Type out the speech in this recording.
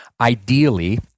ideally